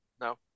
No